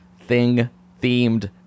Thing-themed